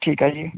ਠੀਕ ਆ ਜੀ